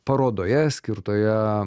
parodoje skirtoje